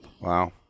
Wow